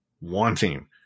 wanting